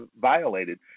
violated